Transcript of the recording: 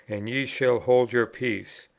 and ye shall hold your peace.